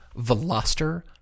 Veloster